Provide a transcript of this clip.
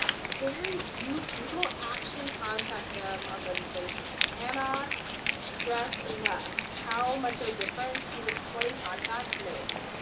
very few people actually contact them on legislation. i cannot stress enough how much of a difference even twenty contacts makes.